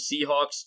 Seahawks